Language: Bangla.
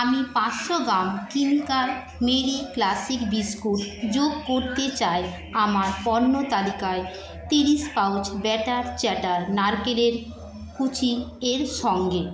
আমি পাঁচশো gram Cremica Marie classic biscuit যোগ করতে চাই আমার পণ্য তালিকায় তিরিশ পাউচ ব্যাটার চ্যাটার নারকেলের কুচি এর সঙ্গে